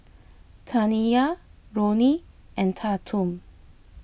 Taniyah Ronnie and Tatum